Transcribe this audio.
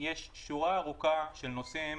יש שורה ארוכה של נושאים